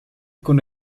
con